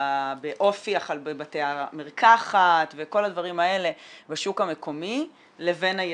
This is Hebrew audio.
באופי החל בבתי המרקחת וכל הדברים האלה בשוק המקומי לבין הייצוא?